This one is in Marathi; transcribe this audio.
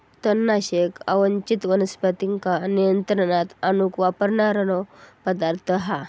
तणनाशक अवांच्छित वनस्पतींका नियंत्रणात आणूक वापरणारो पदार्थ हा